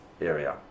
area